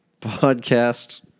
podcast